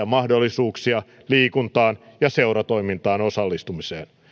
mahdollisuuksia liikuntaan ja seuratoimintaan osallistumiseen